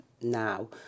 now